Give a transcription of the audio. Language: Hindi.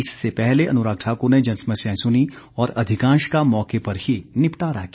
इससे पहले अनुराग ठाकुर ने जनसमस्याएं सुनी और अधिकांश का मौके पर ही निपटारा किया